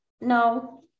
no